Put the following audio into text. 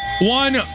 One